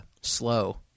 slow